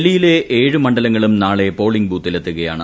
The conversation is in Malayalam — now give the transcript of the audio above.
ഡൽഹിയിലെ ഏഴ് മണ്ഡലങ്ങളും നാളെ പോളിംഗ് ബൂത്തിലെത്തുകയാണ്